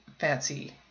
fancy